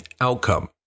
outcome